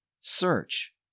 Search